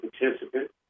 participant